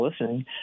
listening